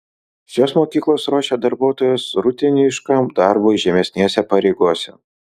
šios mokyklos ruošia darbuotojus rutiniškam darbui žemesnėse pareigose